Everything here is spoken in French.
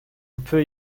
peut